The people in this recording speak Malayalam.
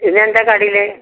പിന്നെന്താണ് കടിയിൽ